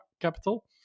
Capital